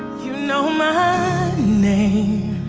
you know my name